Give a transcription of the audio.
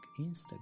Instagram